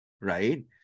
right